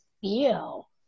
feel